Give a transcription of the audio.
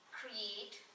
create